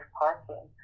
parking